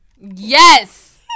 Yes